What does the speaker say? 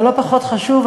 ולא פחות חשוב,